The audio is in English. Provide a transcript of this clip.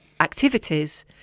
activities